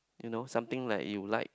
you know something like you like